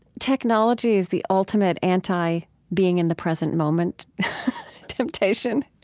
technology is the ultimate anti being in the present moment temptation.